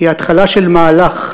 היא התחלה של מהלך,